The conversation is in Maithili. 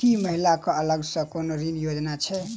की महिला कऽ अलग सँ कोनो ऋण योजना छैक?